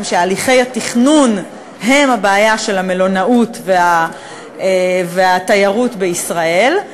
שהליכי התכנון הם הבעיה של המלונאות והתיירות בישראל.